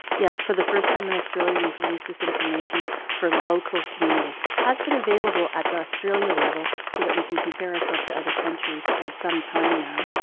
yeah for the first time in australia we've released this information for local communities. it has been available at the australia level so that we can compare ourself to other countries for some time now,